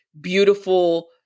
beautiful